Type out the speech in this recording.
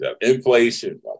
inflation